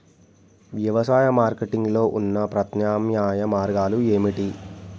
వ్యవసాయ మార్కెటింగ్ లో ఉన్న ప్రత్యామ్నాయ మార్గాలు ఏమిటి?